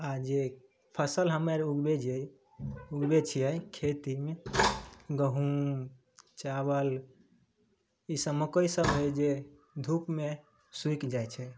आ जे फसल हमे आर ऊगबै जे ऊगबै छियै खेतीमे गहूँम चावल ईसब मकइ सब है जे धूपमे सुखि जाइ छै